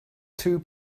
two